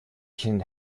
can